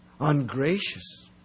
ungracious